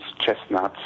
chestnuts